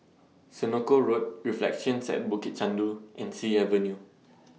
Senoko Road Reflections At Bukit Chandu and Sea Avenue